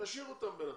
תשאיר אותם בינתיים,